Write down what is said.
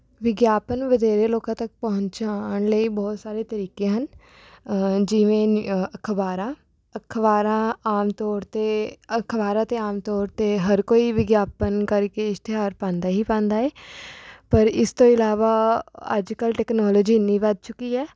ਵਿਗਿਆਪਨ ਵਧੇਰੇ ਲੋਕਾਂ ਤੱਕ ਪਹੁੰਚਾਉਣ ਲਈ ਬਹੁਤ ਸਾਰੇ ਤਰੀਕੇ ਹਨ ਜਿਵੇਂ ਅਖਬਾਰਾਂ ਅਖਬਾਰਾਂ ਆਮ ਤੌਰ 'ਤੇ ਅਖਬਾਰਾਂ 'ਤੇ ਆਮ ਤੌਰ 'ਤੇ ਹਰ ਕੋਈ ਵਿਗਿਆਪਨ ਕਰਕੇ ਇਸ਼ਤਿਹਾਰ ਪਾਉਂਦਾ ਹੀ ਪਾਉਂਦਾ ਹੈ ਪਰ ਇਸ ਤੋਂ ਇਲਾਵਾ ਅੱਜ ਕੱਲ੍ਹ ਟੈਕਨੋਲੋਜੀ ਐਨੀ ਵੱਧ ਚੁੱਕੀ ਹੈ